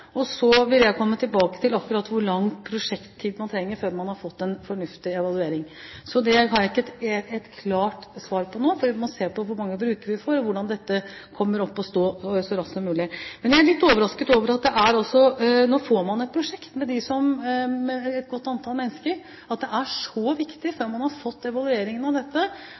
Så vil jeg komme tilbake til akkurat hvor lang prosjekttid man trenger før man har fått en fornuftig evaluering. Det har jeg ikke et klart svar på nå. Vi må se på hvor mange brukere vi får, og hvordan dette kommer opp å stå så raskt som mulig. Når man nå får et prosjekt med et godt antall mennesker, er jeg litt overrasket over at det er så viktig – før man har fått evalueringen av dette